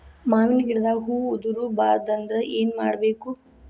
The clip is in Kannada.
ಮಾವಿನ ಗಿಡದಾಗ ಹೂವು ಉದುರು ಬಾರದಂದ್ರ ಏನು ಮಾಡಬೇಕು?